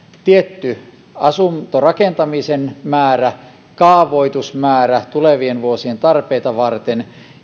tietty asuntorakentamisen määrä kaavoitusmäärä tulevien vuosien tarpeita varten